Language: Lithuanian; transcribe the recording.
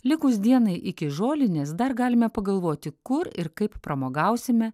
likus dienai iki žolinės dar galime pagalvoti kur ir kaip pramogausime